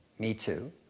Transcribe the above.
me too,